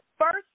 First